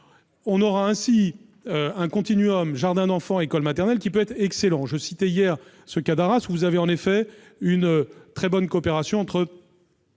On aura ainsi un continuum jardin d'enfants-école maternelle qui peut être excellent. Je citais hier le cas d'Arras, où il y a une très bonne coopération entre